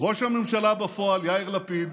ראש הממשלה בפועל יאיר לפיד,